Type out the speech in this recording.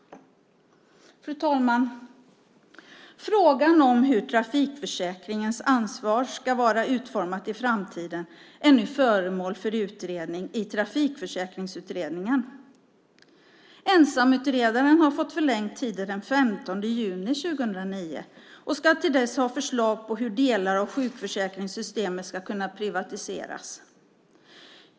Fru talman! Frågan om hur trafikförsäkringens ansvar ska vara utformat i framtiden är nu föremål för utredning i Trafikförsäkringsutredningen. Ensamutredaren har fått förlängd tid till den 15 juni 2009, och ska till dess ha förslag på hur delar av sjukförsäkringssystemet ska kunna privatiseras.